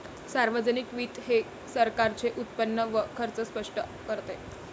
सार्वजनिक वित्त हे सरकारचे उत्पन्न व खर्च स्पष्ट करते